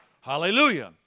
Hallelujah